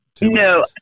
no